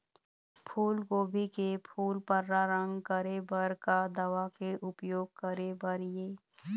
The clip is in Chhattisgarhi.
फूलगोभी के फूल पर्रा रंग करे बर का दवा के उपयोग करे बर ये?